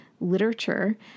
literature